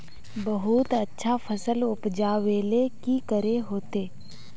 बहुत अच्छा फसल उपजावेले की करे होते?